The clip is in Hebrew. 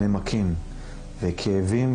שהיום הוא כפול